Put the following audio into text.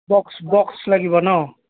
box box লাগিব ন